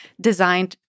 designed